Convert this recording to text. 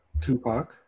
Tupac